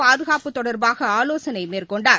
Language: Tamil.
பாதுகாப்பு தொடர்பாகஆலோசனைமேற் கொண்டார்